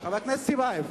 חבר הכנסת טיבייב.